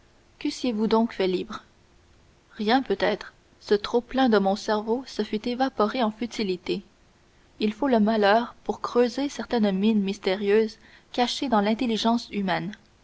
qu'eussiez-vous donc fait libre rien peut-être ce trop-plein de mon cerveau se fût évaporé en futilités il faut le malheur pour creuser certaines mines mystérieuses cachées dans l'intelligence humaine